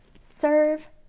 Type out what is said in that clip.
Serve